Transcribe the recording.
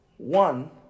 One